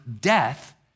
death